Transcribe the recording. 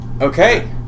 Okay